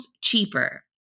cheaper